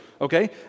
okay